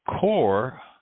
core